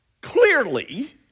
Clearly